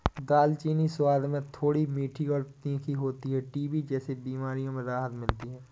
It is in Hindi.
दालचीनी स्वाद में थोड़ी मीठी और तीखी होती है टीबी जैसी बीमारियों में राहत मिलती है